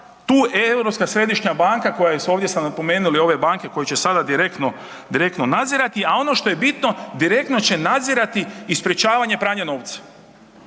tu Europska središnja banka, ovdje sam napomenuo ove banke koje će sada direktno nazirati, a ono što je bitno direktno će nadzirati i sprečavanje pranja novca.